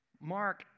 Mark